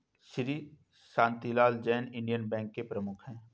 Shri Shantilal Jain Indian bank के प्रमुख है